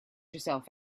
yourself